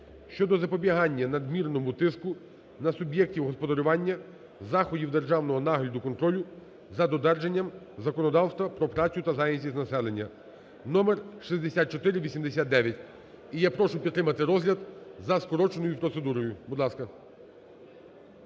щодо запобігання надмірному тиску на суб'єктів господарювання заходів державного нагляду (контролю) за додержанням законодавства про працю та зайнятість населення (№ 6489). І я прошу підтримати розгляд за скороченою процедурою. Будь ласка,